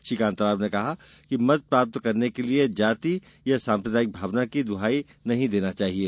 श्री कांताराव ने कहा है कि मत प्राप्त करने के लिये जाति या साम्प्रदायिक भावना की दुहाई नहीं देना चाहिये